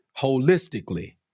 holistically